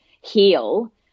heal